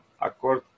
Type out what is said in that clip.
accord